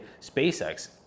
SpaceX